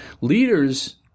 Leaders